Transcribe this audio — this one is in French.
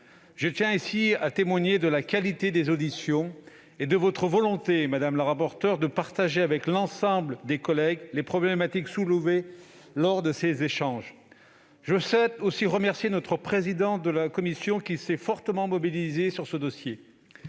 Je tiens ici à témoigner de la qualité des auditions et de votre volonté de partager avec l'ensemble de vos collègues les problématiques soulevées lors de ces échanges. Je souhaite aussi remercier le président de notre commission, qui s'est fortement mobilisé sur ce dossier.